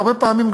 הרבה פעמים,